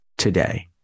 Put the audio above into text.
today